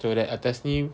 corak atas ni